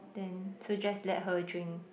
then so just let her drink